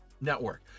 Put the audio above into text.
network